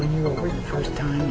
when your first time